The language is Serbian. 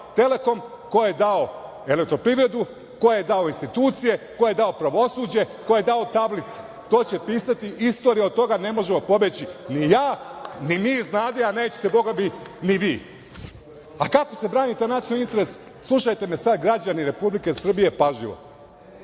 Telekom, ko je dao EPS, ko je dao institucije, ko je dao pravosuđe, ko je dao tablice. To će pisati istorija, od toga ne možemo pobeći ni ja, ni vi iz Vlade, a nećete bogami ni vi.A kako se brani to nacionalni interes? Slušajte me sada građani Republike Srbije, pažljivo.